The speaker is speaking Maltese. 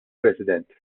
president